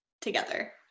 together